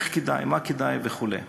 איך כדאי, מה כדאי וכו'.